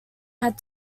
had